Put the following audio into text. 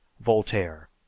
VOLTAIRE